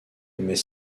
émet